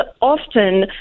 often